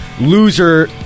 loser